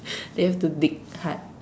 you have to dig hard